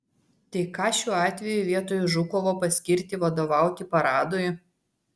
tai ką šiuo atveju vietoj žukovo paskirti vadovauti paradui